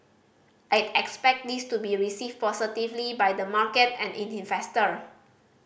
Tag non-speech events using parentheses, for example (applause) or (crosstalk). I'd expect this to be received positively by the market and (unintelligible) investor